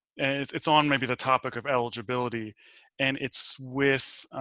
and it's it's on maybe the topic of eligibility and it's with.